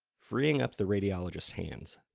freeing up the radiologist's hands.